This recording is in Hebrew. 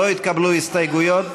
לא התקבלו הסתייגויות,